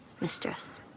mistress